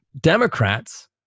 democrats